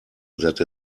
that